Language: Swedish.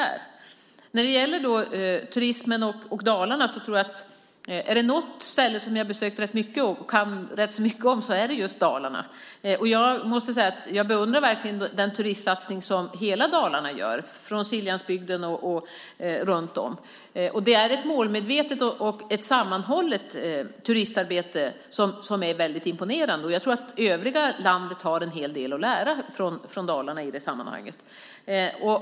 Är det något ställe som jag har besökt mycket och kan rätt mycket om är det just Dalarna. Jag beundrar verkligen den turistsatsning som hela Dalarna gör, i Siljansbygden och runt om. Det är ett målmedvetet och sammanhållet turistarbete som är väldigt imponerande. Jag tror att övriga landet har en hel del att lära av Dalarna i det sammanhanget.